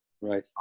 right